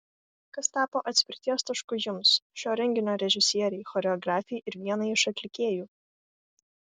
kas tapo atspirties tašku jums šio renginio režisierei choreografei ir vienai iš atlikėjų